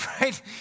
right